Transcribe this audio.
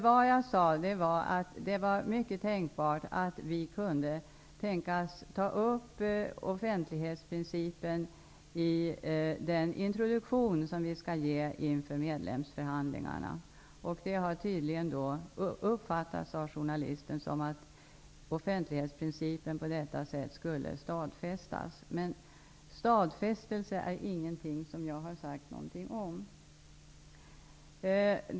Vad jag sade var att det var mycket tänkbart att vi skulle ta upp offentlighetsprincipen i den introduktion som vi skall ge inför medlemskapsförhandlingarna. Detta har tydligen uppfattats av journalisten som att offentlighetsprincipen skulle stadfästas, men jag har inte sagt någonting om stadfästelse.